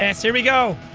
yes, here we go.